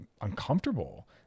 uncomfortable